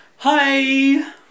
Hi